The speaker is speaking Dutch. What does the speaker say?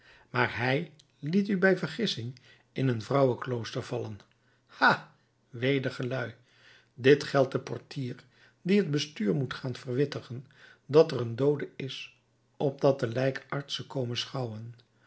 maar hij liet u bij vergissing in een vrouwenklooster vallen ha weder gelui dit geldt den portier die het bestuur moet gaan verwittigen dat er een doode is opdat de lijkarts ze kome schouwen